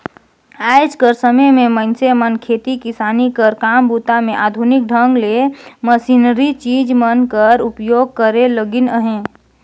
आएज कर समे मे मइनसे मन खेती किसानी कर काम बूता मे आधुनिक ढंग ले मसीनरी चीज मन कर उपियोग करे लगिन अहे